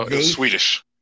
Swedish